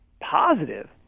positive